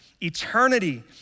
eternity